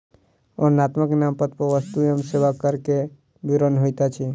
वर्णनात्मक नामपत्र पर वस्तु एवं सेवा कर के विवरण होइत अछि